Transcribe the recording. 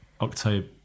October